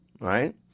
right